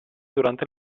durante